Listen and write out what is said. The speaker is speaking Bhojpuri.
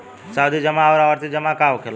सावधि जमा आउर आवर्ती जमा का होखेला?